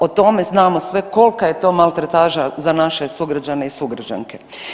O tome znamo sve kolika je to maltretaža za naše sugrađane i sugrađanke.